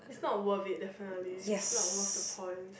not worth it definitely not worth the point